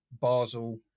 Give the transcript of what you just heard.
Basel